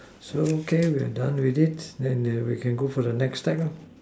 so okay we are done with it we can go for the next deck